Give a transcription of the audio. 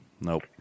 Nope